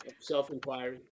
self-inquiry